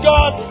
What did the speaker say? God